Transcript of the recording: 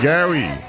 Gary